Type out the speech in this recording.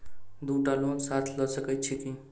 दु टा लोन साथ लऽ सकैत छी की?